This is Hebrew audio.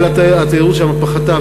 אבל התיירות שמה פחתה,